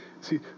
See